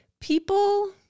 people